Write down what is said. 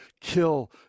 kill